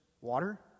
water